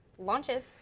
launches